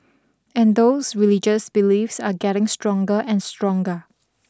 and those religious beliefs are getting stronger and stronger